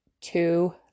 two